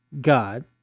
God